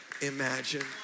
imagine